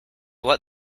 what